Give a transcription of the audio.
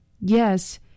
Yes